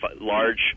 large